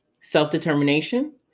self-determination